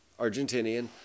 Argentinian